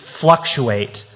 fluctuate